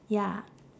ya